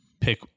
pick